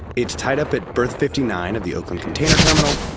it's tied up at berth fifty nine of the oakland container terminal,